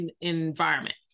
environment